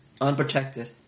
Unprotected